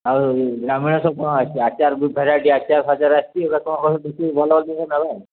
ଆଉ ଗ୍ରାମୀଣ ସବୁ କ'ଣ ଅଛି ଆଚାର ବି ଭେରାଇଟି ଆଚାର ଫାଚାର ଆସିଛି ଏଗୁଡ଼ା କ'ଣ ଦେଖିକି ଭଲ ଜିନିଷ ନେବେ ଆଉ